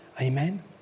Amen